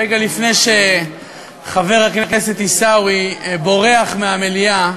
רגע לפני שחבר הכנסת עיסאווי בורח מהמליאה,